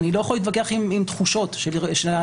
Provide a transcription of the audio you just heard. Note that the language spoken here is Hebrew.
אני לא יכול להתווכח עם תחושות של נפגעי